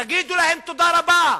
תגידו להם תודה רבה,